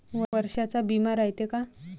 वर्षाचा बिमा रायते का?